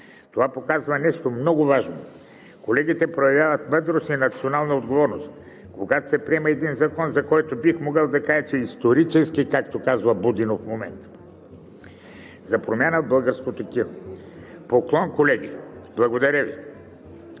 Това показва нещо много важно – колегите проявяват мъдрост и национална отговорност, когато се приема един закон, за който бих могъл да кажа, че е исторически, както каза Будинов, и е за промяна в българското кино. Поклон, колеги! Благодаря Ви